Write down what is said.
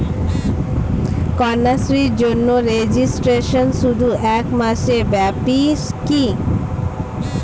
কন্যাশ্রীর জন্য রেজিস্ট্রেশন শুধু এক মাস ব্যাপীই কি?